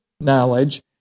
knowledge